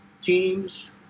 teams